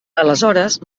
aleshores